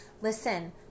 listen